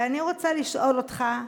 ואני רוצה לשאול אותך: